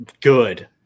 good